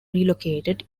relocated